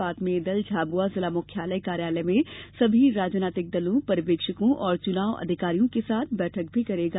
बाद में यह दल झाबुआ जिला मुख्यालय कार्यालय में सभी राजनीतिक दलों पर्यवेक्षकों और चुनाव अधिकारियों के साथ बैठक भी करेगा